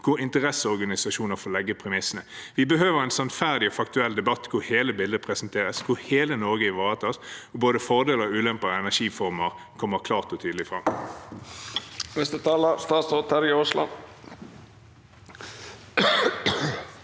hvor interesseorganisasjonene får legge premissene. Vi behøver en sannferdig og faktuell debatt hvor hele bildet presenteres, hvor hele Norge er ivaretatt, og hvor både fordeler og ulemper ved energiformer kommer klart og tydelig fram.